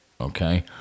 Okay